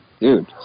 dude